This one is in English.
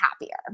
happier